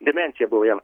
demencija buvo jam